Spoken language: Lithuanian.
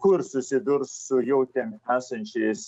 kur susidurs jau ten esančiais